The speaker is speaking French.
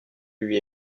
lui